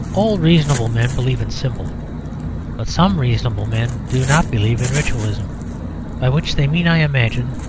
all reasonable men believe in symbol but some reasonable men do not believe in ritualism by which they mean, i imagine,